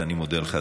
ואני מודה לך,